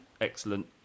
excellent